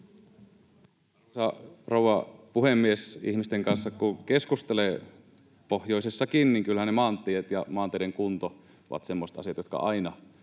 rouva puhemies! Ihmisten kanssa kun keskustelee pohjoisessakin, niin kyllä ne maantiet ja maanteiden kunto ovat semmoiset asiat, jotka aina